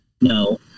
No